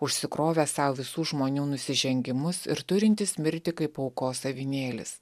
užsikrovęs sau visų žmonių nusižengimus ir turintis mirti kaip aukos avinėlis